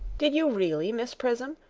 did you really, miss prism?